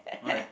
why